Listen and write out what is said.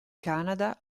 canada